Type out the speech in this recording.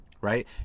right